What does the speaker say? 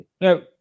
no